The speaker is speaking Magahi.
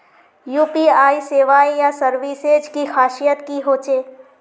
यु.पी.आई सेवाएँ या सर्विसेज की खासियत की होचे?